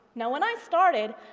now when i started,